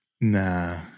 Nah